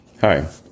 Hi